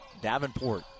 Davenport